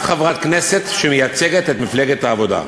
את חברת כנסת שמייצגת את מפלגת העבודה.